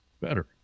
better